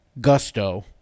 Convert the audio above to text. gusto